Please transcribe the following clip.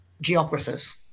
geographers